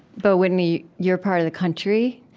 but whitney, your part of the country,